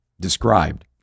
described